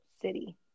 city